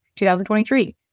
2023